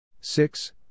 six